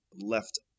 left